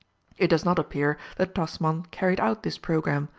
it does not appear that tasman carried out this programme,